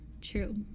True